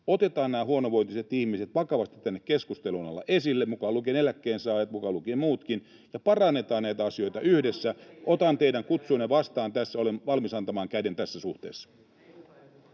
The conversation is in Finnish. Otetaan nämä huonovointiset ihmiset vakavasti täällä keskusteluissa esille, mukaan lukien eläkkeensaajat, mukaan lukien muutkin, ja parannetaan näitä asioita yhdessä. Otan teidän kutsunne vastaan. Tässä olen valmis antamaan käden tässä suhteessa.